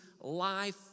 life